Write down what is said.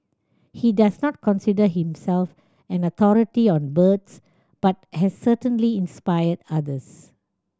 he does not consider himself an authority on birds but has certainly inspired others